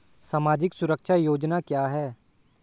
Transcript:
सामाजिक सुरक्षा योजना क्या है?